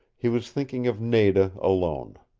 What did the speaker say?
he was thinking of nada alone.